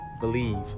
believe